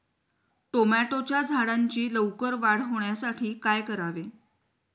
टोमॅटोच्या झाडांची लवकर वाढ होण्यासाठी काय करावे?